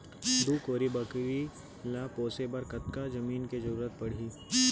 दू कोरी बकरी ला पोसे बर कतका जमीन के जरूरत पढही?